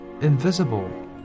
Invisible